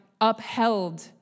upheld